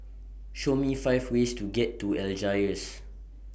Show Me five ways to get to Algiers